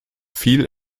viel